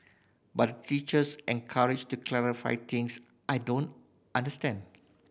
but teachers encouraged to clarify things I don't understand